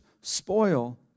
spoil